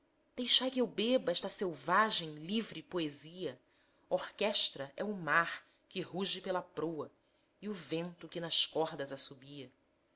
deixai que eu beba esta selvagem livre poesia orquestra é o mar que ruge pela proa e o vento que nas cordas assobia